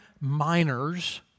miners